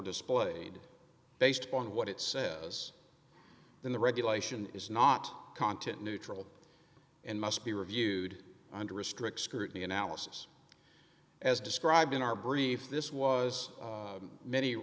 displayed based on what it says then the regulation is not content neutral and must be reviewed under a strict scrutiny analysis as described in our brief this was many